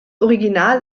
original